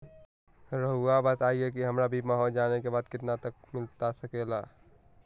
रहुआ बताइए कि हमारा बीमा हो जाने के बाद कितना तक मिलता सके ला?